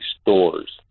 stores